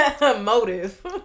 motive